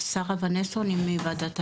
שרה ונסו, אני מוועדת האגרות.